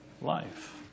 life